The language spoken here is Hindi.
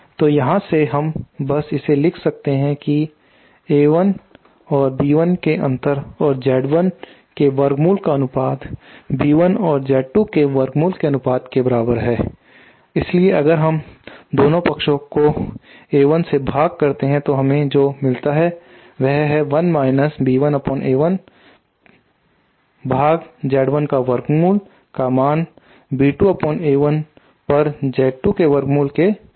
तो यहां से हम बस इसे लिख सकते हैं की A1और B1 के अंतर और Z1 के वर्गमूल का अनुपात B1 और Z2 के वर्गमूल के अनुपात के बराबर है इसलिए अगर हम दोनों पक्षों को A1 करते हैं तो हमें जो मिलता है वह 1 माइनस B1 पर A1 पर Z1 के वर्गमूल का मान B2 पर A1 पर Z2 के वर्गमूल के बराबर है